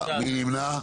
נמנעים